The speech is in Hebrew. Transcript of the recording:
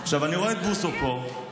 אני רואה את בוסו פה,